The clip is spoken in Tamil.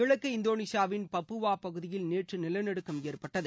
கிழக்கு இந்தோனேஷியாவின் பப்புவா பகுதியில் நேற்று நிலநடுக்கம் ஏற்பட்டது